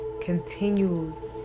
continues